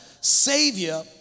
savior